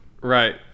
right